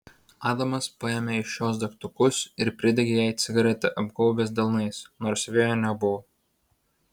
adamas paėmė iš jos degtukus ir pridegė jai cigaretę apgaubęs delnais nors vėjo nebuvo